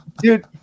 dude